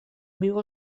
viu